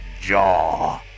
jaw